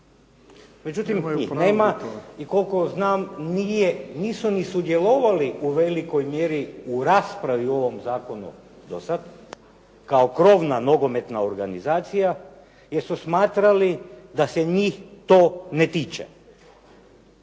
Međutim, njih nema i koliko znam nisu ni sudjelovali u velikoj mjeri u raspravi u ovom zakonu do sada, kao krovna nogometna organizacija, jer su smatrali da se njih to ne tiče.